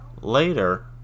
later